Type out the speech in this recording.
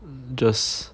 mm just